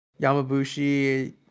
Yamabushi